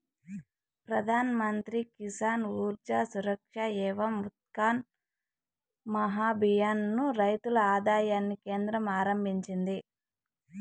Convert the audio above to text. ప్రధాన్ మంత్రి కిసాన్ ఊర్జా సురక్ష ఏవం ఉత్థాన్ మహాభియాన్ ను రైతుల ఆదాయాన్ని కేంద్రం ఆరంభించింది